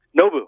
Nobu